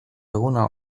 eguna